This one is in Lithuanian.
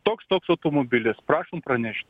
toks toks automobilis prašom pranešti